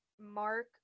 Mark